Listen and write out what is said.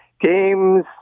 games